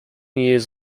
years